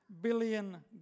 Billion